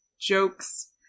jokes